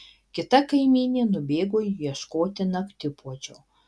kita kaimynė nubėgo ieškoti naktipuodžio